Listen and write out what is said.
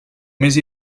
més